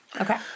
Okay